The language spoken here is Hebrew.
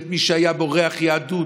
את מי שהיה בו ריח יהדות,